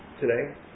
today